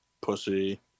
Pussy